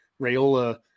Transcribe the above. Rayola